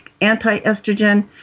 anti-estrogen